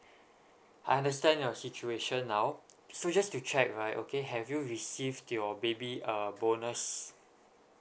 I understand your situation now so just to check right okay have you received your baby uh bonus